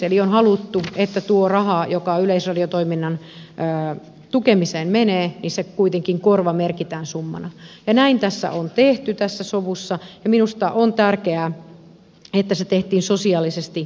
eli on haluttu että tuo raha joka yleisradiotoiminnan tukemiseen menee kuitenkin korvamerkitään summana ja näin tässä on tehty tässä sovussa ja minusta on tärkeää että se tehtiin sosiaalisesti oikeudenmukaisesti